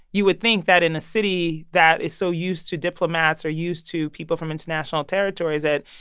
you would think that in a city that is so used to diplomats or used to people from international territories, that,